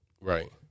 Right